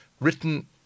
written